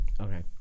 Okay